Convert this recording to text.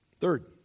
Third